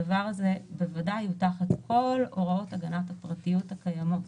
הדבר הזה בוודאי הוא תחת כל הוראות הגנת הפרטיות הקיימות.